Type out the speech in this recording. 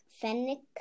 fennec